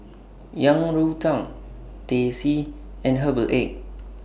Yang Rou Tang Teh C and Herbal Egg